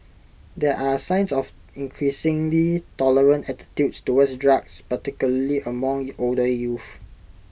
there are signs of increasingly tolerant attitudes towards drugs particularly among older youth